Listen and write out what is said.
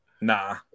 Nah